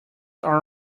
are